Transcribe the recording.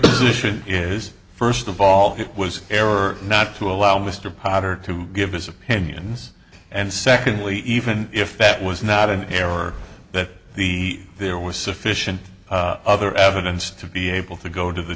position is first of all it was error not to allow mr potter to give his opinions and secondly even if that was not an error that the there was sufficient other evidence to be able to go to the